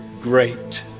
great